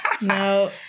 No